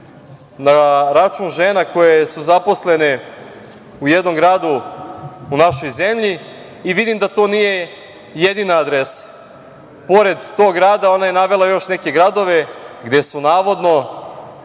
na račun žena koje su zaposlene u jednom gradu, u našoj zemlji i vidim da to nije jedina adresa. Pored tog grada, ona je navela još neke gradove gde su navodno